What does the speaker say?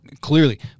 clearly